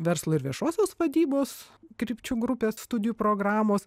verslo ir viešosios vadybos krypčių grupės studijų programos